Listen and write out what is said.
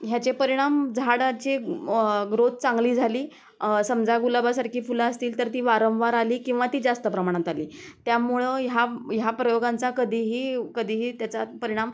ह्याचे परिणाम झाडाची ग्रोत चांगली झाली समजा गुलाबासारखी फुलं असतील तर ती वारंवार आली किंवा ती जास्त प्रमाणात आली त्यामुळं ह्या ह्या प्रयोगांचा कधीही कधीही त्याचा परिणाम